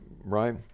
right